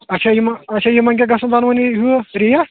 اچھا اچھا یِمَن کیٛاہ گژھان دۄنوٕنی ہُہ ریٹ